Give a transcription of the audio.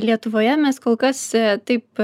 lietuvoje mes kol kas taip